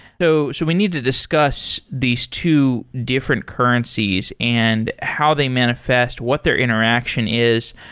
so so we need to discuss these two different currencies and how they manifest, what their interaction is.